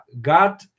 God